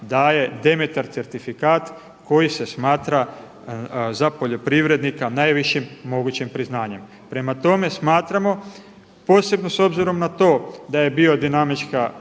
daje Demeter certifikat koji se smatra za poljoprivrednika najvišim mogućim priznanjem. Prema tome, smatramo posebno s obzirom na to da je biodinamička